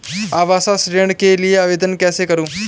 आवास ऋण के लिए आवेदन कैसे करुँ?